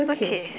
okay